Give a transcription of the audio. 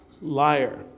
liar